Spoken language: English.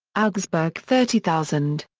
augsburg thirty thousand.